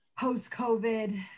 post-COVID